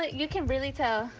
you can really tell.